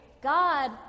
God